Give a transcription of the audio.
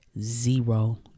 zero